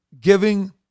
giving